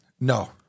No